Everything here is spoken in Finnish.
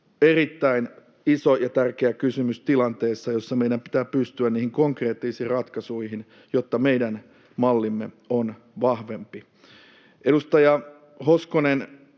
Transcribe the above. Erittäin iso ja tärkeä kysymys tilanteessa, jossa meidän pitää pystyä niihin konkreettisiin ratkaisuihin, jotta meidän mallimme on vahvempi. Edustaja Hoskonen,